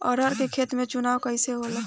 अरहर के खेत के चुनाव कइसे होला?